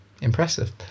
Impressive